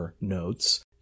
notes